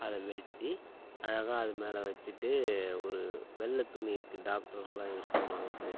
அதை வெட்டி அழகாக அது மேலே வச்சிட்டு ஒரு வெள்ளத் துணி இருக்கு டாக்டருல்லாம் யூஸ் பண்ணுவாங்க